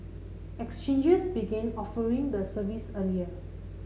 exchanges began offering the service earlier